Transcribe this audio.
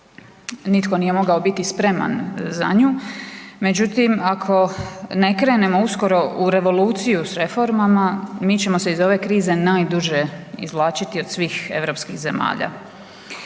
nitko nije mogao biti spreman za nju, međutim ako ne krenemo uskoro u revoluciju s reformama mi ćemo se iz ove krize najduže izvlačiti od svih europskih zemalja.